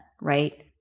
right